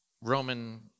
Roman